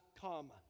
come